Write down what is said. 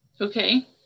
Okay